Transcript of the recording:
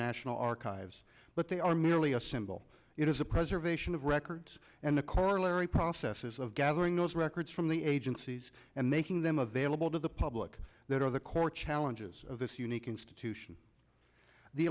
national archives but they are merely a symbol it is a preservation of records and the corollary processes of gathering those records from the agencies and making them available to the public that are the core challenges of this unique institution the